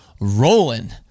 rolling